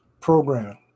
program